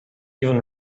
even